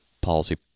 policy